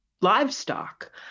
livestock